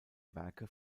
werke